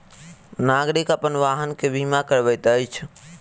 नागरिक अपन वाहन के बीमा करबैत अछि